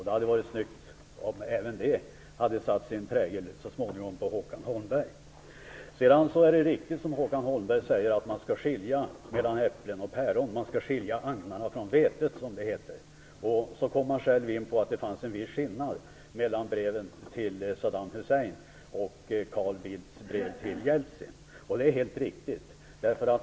Det hade varit snyggt om det så småningom hade satt sin prägel även på Håkan Holmberg. Det är riktigt som Håkan Holmberg säger att man skall skilja mellan äpplen och päron. Man skall skilja agnarna från vetet, som det heter. Han kom själv in på att det fanns en viss skillnad mellan brevet till Saddam Hussein och Carl Bildts brev till Jeltsin. Det är helt riktigt.